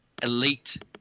elite